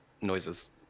noises